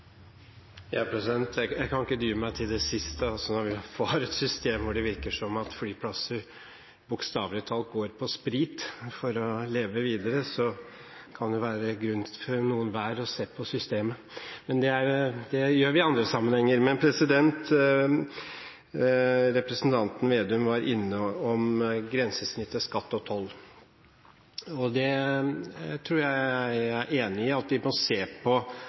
Jeg kan ikke dy meg til det siste: Når vi har et system hvor det virker som at flyplasser bokstavelig talt går på sprit for å leve videre, kan det være grunn til for noen og hver å se på systemet. Men det gjør vi i andre sammenhenger. Representanten Slagsvold Vedum var innom grensesnittet skatt og toll. Jeg tror jeg er enig i at vi må se på